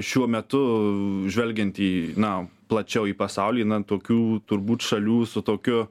šiuo metu žvelgiant į na plačiau į pasaulį na tokių turbūt šalių su tokiu